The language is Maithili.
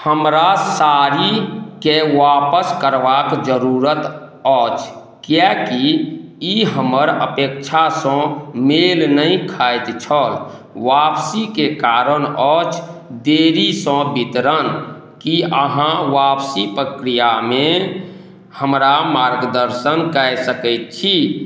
हमरा साड़ीके वापस करबाक जरूरत अछि किएकि ई हमर अपेक्षासँ मेल नहि खाइत छल वापसीके कारण अछि देरीसँ बितरण की अहाँ वापसी पक्रियामे हमरा मार्गदर्शन कए सकैत छी